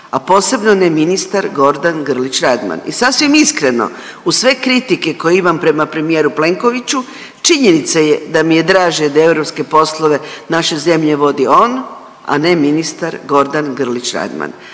a posebno ne ministar Gordan Grlić Radman i sasvim iskreno, uz sve kritike koje imam prema premijer Plenkoviću, činjenica je da mi je draže da europske poslove naše zemlje vodi on, a ne ministar Gordan Grlić Radman.